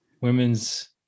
Women's